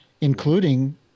including